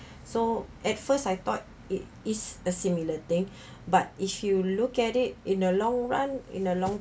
so at first I thought it is the similar thing but if you look at it in a long run in a long